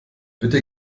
bitte